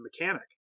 mechanic